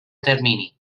termini